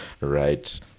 right